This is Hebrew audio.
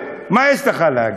מה יש לך להגיד?